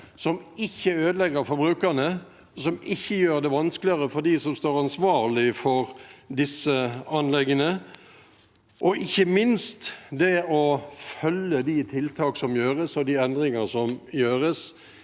som ikke ødelegger for brukerne, og som ikke gjør det vanskeligere for dem som står ansvarlig for disse anleggene, og ikke minst er det å følge opp de tiltak som gjøres, og de endringer som gjøres.